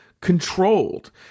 controlled